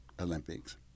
Olympics